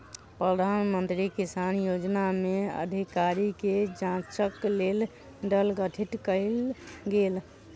प्रधान मंत्री किसान योजना में अधिकारी के जांचक लेल दल गठित कयल गेल